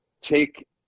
take